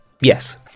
yes